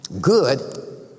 good